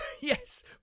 Yes